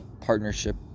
partnership